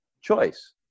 choice